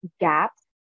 gaps